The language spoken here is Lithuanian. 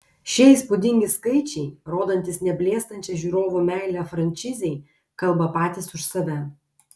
šie įspūdingi skaičiai rodantys neblėstančią žiūrovų meilę frančizei kalba patys už save